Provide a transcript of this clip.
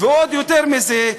ועוד יותר מזה,